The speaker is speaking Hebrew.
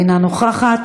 אינה נוכחת.